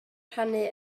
rhannu